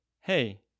hey